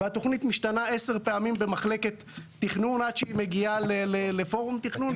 והתוכנית משתנה עשר פעמים במחלקת התכנון עד שהיא מגיעה לפורום תכנון,